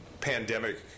pandemic